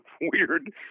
weird